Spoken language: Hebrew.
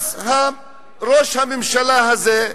אז ראש הממשלה הזה,